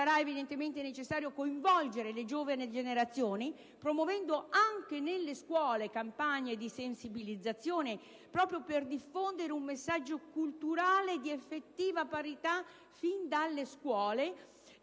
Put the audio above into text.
Sarà evidentemente necessario coinvolgere le giovani generazioni, promuovendo anche nelle scuole campagne di sensibilizzazione proprio per diffondere un messaggio culturale di effettiva parità fin dalle scuole